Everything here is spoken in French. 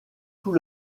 tout